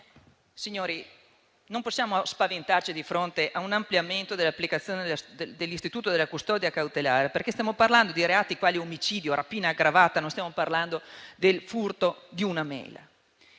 signori, non possiamo spaventarci di fronte a un ampliamento dell'applicazione dell'istituto della custodia cautelare. Stiamo parlando di reati quali l'omicidio e la rapina aggravata, non stiamo parlando del furto di una mela.